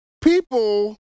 people